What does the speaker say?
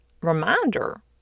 reminder